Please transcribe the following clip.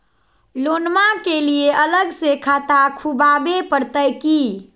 लोनमा के लिए अलग से खाता खुवाबे प्रतय की?